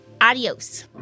Adios